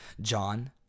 John